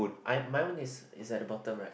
I my one is is at the bottom right